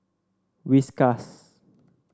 Whiskas